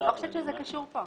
אני לא חושבת שזה קשור פה.